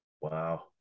Wow